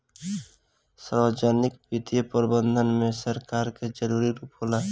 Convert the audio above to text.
सार्वजनिक वित्तीय प्रबंधन में सरकार के जरूरी रूप होला